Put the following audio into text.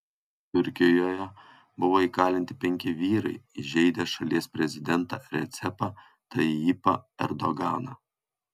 turkijoje buvo įkalinti penki vyrai įžeidę šalies prezidentą recepą tayyipą erdoganą